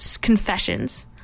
confessions